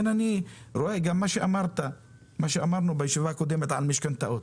גם מה שאמרנו בישיבה הקודמת על משכנתאות